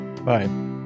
Bye